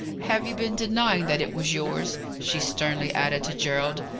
have you been denying that it was yours? she sternly added to gerald.